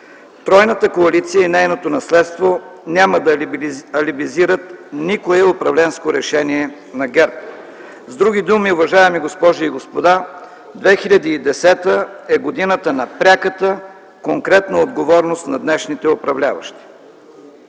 тройната коалиция и нейното наследство няма да алибизират никое управленско решение на ГЕРБ. С други думи, уважаеми госпожи и господа, 2010 е годината на пряката конкретна отговорност на днешните управляващи.